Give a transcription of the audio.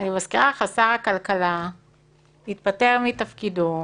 אני מזכירה לך, שר הכלכלה התפטר מתפקידו,